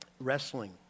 Wrestling